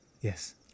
Yes